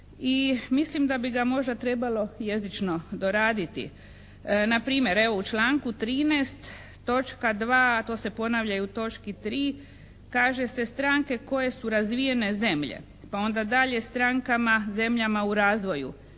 mislim da bi ga možda trebalo jezično doraditi. Npr. evo u članku 13. točka 2., a to se ponavlja i u točki 3. kaže se: "Stranke koje su razvijene zemlje.", pa onda dalje: "Strankama zemljama u razvoju."